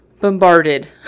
bombarded